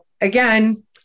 again